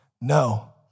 No